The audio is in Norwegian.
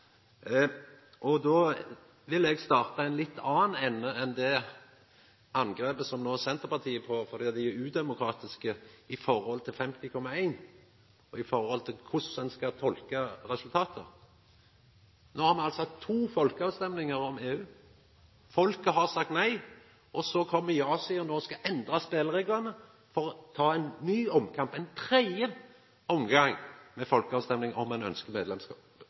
vera. Då vil eg starta i ein litt annan ende enn å angripa Senterpartiet for at dei er udemokratiske når det gjeld 50,1 pst., og korleis ein skal tolka resultata. No har me altså hatt to folkeavstemmingar om EU, folket har sagt nei, og så kjem ja-sida no og skal endra spelereglane for å ta ein ny omkamp – ein tredje omgang med folkeavstemming, om ein